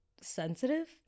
sensitive